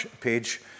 page